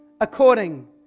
according